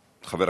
מס'